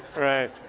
right.